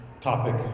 topic